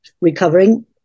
recovering